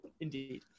Indeed